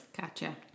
Gotcha